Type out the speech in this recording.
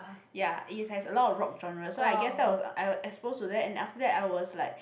ya it has a lot of rock genre so I guess that was I I was exposed to that and after that I was like